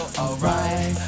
alright